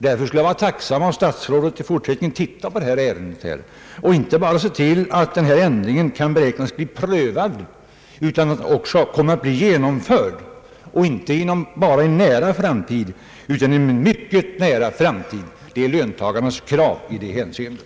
Därför skulle jag vara tacksam om statsrådet i fortsättningen vill titta på detta ärende — inte bara se till att denna ändring >kan beräknas bli prövad», utan också att den blir genomförd, och detta inte bara i en nära framtid utan i en mycket nära framtid. Det är löntagarnas krav i detta hänseende,